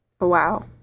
Wow